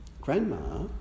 Grandma